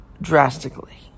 Drastically